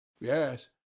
yes